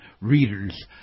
readers